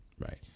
Right